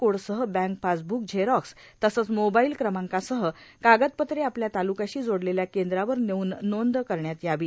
कोडसह bank passbook xerox तसंच mobile क्रमांकासह कागदपत्रे आपल्या तालुक्याशी जोडलेल्या केंद्रावर नेवून नोंद करण्यात यावी